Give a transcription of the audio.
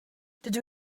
dydw